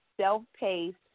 self-paced